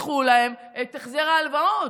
תדחו להם את החזר ההלוואות.